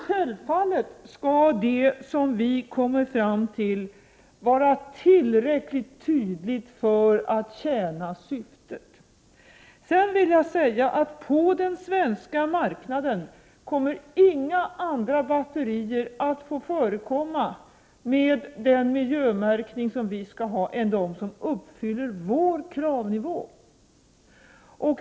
Självfallet skall det som vi kommer fram till vara tillräckligt tydligt för att tjäna syftet. På den svenska marknaden kommer inga andra batterier med miljömärkning att få förekomma än de som uppfyller våra krav.